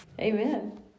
Amen